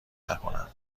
نکنم